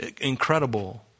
incredible